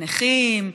נכים,